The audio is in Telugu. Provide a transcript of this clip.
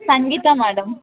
సంగీత మ్యాడమ్